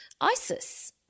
Isis